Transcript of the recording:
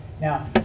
Now